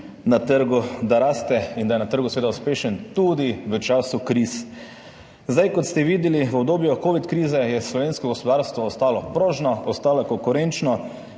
na trgu, da raste in da je na trgu seveda uspešen, tudi v času kriz. Kot ste videli v obdobju kovid krize, je slovensko gospodarstvo ostalo prožno, ostalo je konkurenčno,